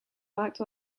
worked